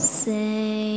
say